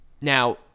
Now